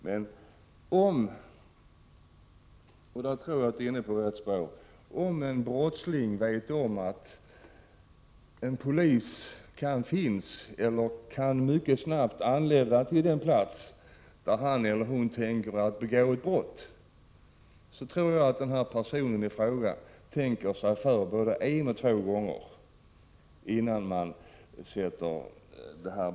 Men om — och då tror jag att vi är inne på rätt spår — en brottsling vet om att en polis finns på eller mycket snabbt kan anlända till den plats där han eller hon tänker begå ett brott, då tror jag att personen i fråga tänker sig för både en och två gånger innan planerna sätts i verket.